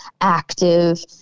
active